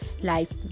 life